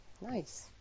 nice